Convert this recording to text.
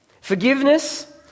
forgiveness